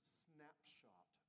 snapshot